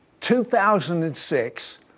2006